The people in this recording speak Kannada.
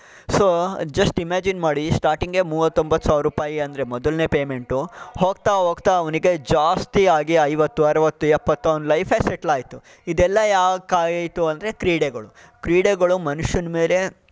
ಸೊ ಜಸ್ಟ್ ಇಮೇಜಿನ್ ಮಾಡಿ ಸ್ಟಾರ್ಟಿಂಗೆ ಮೂವತ್ತೊಂಬತ್ತು ಸಾವಿರೂಪಾಯಿ ಅಂದರೆ ಮೊದಲನೇ ಪೇಮೆಂಟು ಹೋಗ್ತಾ ಹೋಗ್ತಾ ಅವನಿಗೆ ಜಾಸ್ತಿ ಆಗಿ ಐವತ್ತು ಅರವತ್ತು ಎಪ್ಪತ್ತು ಅವನ ಲೈಫೆ ಸೆಟ್ಲ್ ಆಯಿತು ಇದೆಲ್ಲ ಯಾಕೆ ಆಯಿತು ಅಂದರೆ ಕ್ರೀಡೆಗಳು ಕ್ರೀಡೆಗಳು ಮನುಷ್ಯನ ಮೇಲೆ